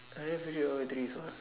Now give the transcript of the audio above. I left only all three ones